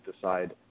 decide